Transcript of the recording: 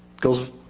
goes